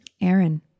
aaron